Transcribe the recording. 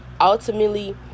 ultimately